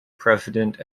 president